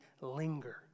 linger